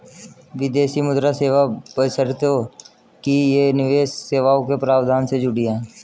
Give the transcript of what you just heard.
विदेशी मुद्रा सेवा बशर्ते कि ये निवेश सेवाओं के प्रावधान से जुड़ी हों